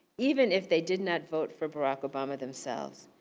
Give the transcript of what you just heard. even if they did not vote for barack obama themselves.